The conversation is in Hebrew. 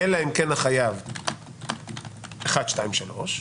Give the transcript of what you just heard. אלא אם כן החייב אחד, שתיים, שלוש,